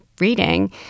reading